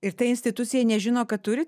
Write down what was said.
ir ta institucija nežino kad turi